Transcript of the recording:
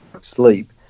sleep